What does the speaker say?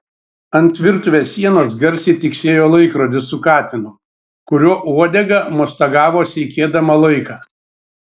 ant virtuvės sienos garsiai tiksėjo laikrodis su katinu kurio uodega mostagavo seikėdama laiką